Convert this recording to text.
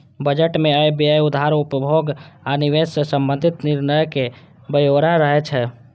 budget मे आय, व्यय, उधार, उपभोग आ निवेश सं संबंधित निर्णयक ब्यौरा रहै छै